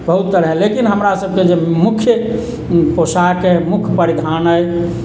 बहुत तरह लेकिन हमरा सबके जे मुख्य पोषाक अइ मुख्य परिधान अइ